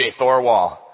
Thorwall